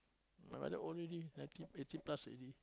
my mother old already ninety eighty plus already